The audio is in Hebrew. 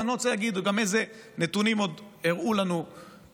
ואני גם לא רוצה להגיד איזה נתונים עוד הראו לנו בדיונים,